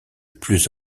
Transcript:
plus